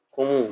Como